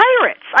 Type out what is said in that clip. pirates